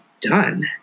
done